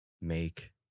make